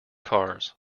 cars